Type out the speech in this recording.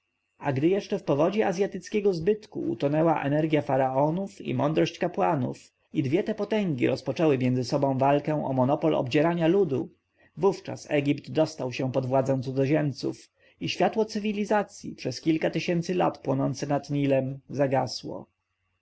a gdy jeszcze w powodzi azjatyckiego zbytku utonęła energja faraonów i mądrość kapłanów i dwie te potęgi rozpoczęły między sobą walkę o monopol obdzierania ludu wówczas egipt dostał się pod władzę cudzoziemców i światło cywilizacji przez kilka tysięcy lat płonące nad nilem zagasło